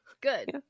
Good